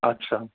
अच्छा